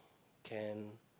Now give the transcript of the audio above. can